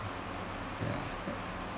ya ya